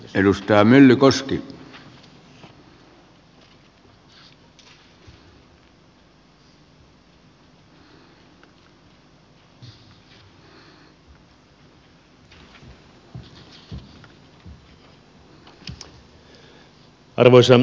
arvoisa herra puhemies